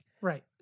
Right